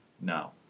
Now